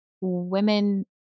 women